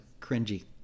cringy